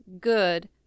good